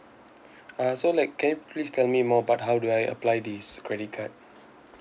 uh so like can you please tell me more about how do I apply this credit card